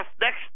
next